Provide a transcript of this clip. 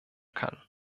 kann